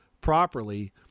properly